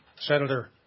Senator